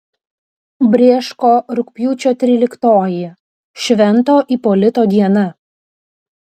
brėško rugpjūčio tryliktoji švento ipolito diena